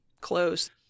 close